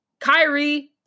Kyrie